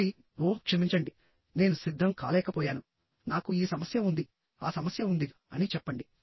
వెళ్లి ఓహ్ క్షమించండి నేను సిద్ధం కాలేకపోయాను నాకు ఈ సమస్య ఉంది ఆ సమస్య ఉంది అని చెప్పండి